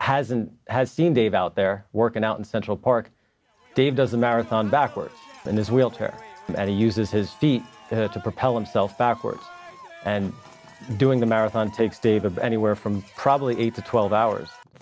hasn't has seen dave out there working out in central park dave does a marathon backwards in his wheelchair and he uses his feet to propel themselves backwards and doing the marathon takes dave anywhere from probably eight to twelve hours